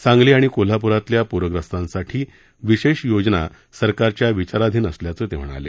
सांगली आणि कोल्हापूरातल्या पूरग्रस्तांसाठी विशेष योजना सरकारच्या विचारधीन असल्याचं ते म्हणाले